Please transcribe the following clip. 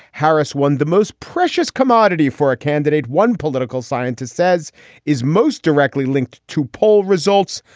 harris won the most precious commodity for a candidate one political scientist says is most directly linked to poll results.